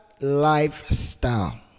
lifestyle